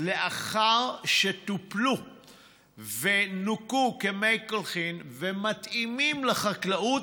לאחר שטופלו ונוקו כמי קולחים ומתאימים לחקלאות,